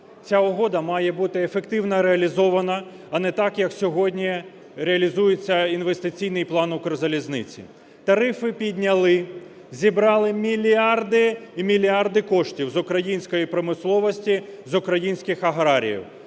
ця угода має бути ефективно реалізована, а не так, як сьогодні реалізується інвестиційний план "Укрзалізниці". Тарифи підняли, зібрали мільярди і мільярди коштів з української промисловості, з українських аграріїв,